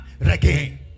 again